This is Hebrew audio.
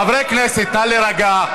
חברי הכנסת, נא להירגע.